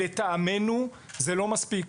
לטעמנו זה לא מספיק.